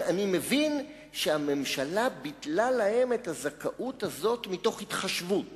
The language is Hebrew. ראיתי בספר ההתייעלות הגדול גם סעיפים העוסקים באזורי עדיפות